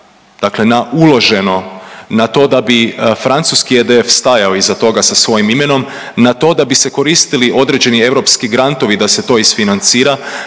Dakle na uloženo, na to da bi francuski EDF stajao iza toga sa svojim imenom, na to da bi se koristili određeni europski grantovi da se to isfinancira,